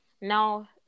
now